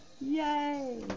Yay